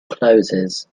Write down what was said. closes